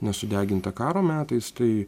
nesudeginta karo metais tai